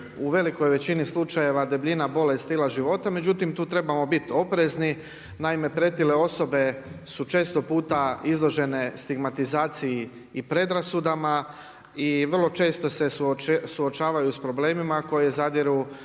u velikoj većini slučajeva debljina bolest stila života, međutim tu trebamo biti oprezni, naime, pretile osobe su često puta izložene stigmatizaciji i predrasudama i vrlo često se suočavaju sa problemima koje zadiru